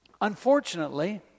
Unfortunately